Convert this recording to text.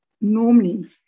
normally